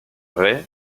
rey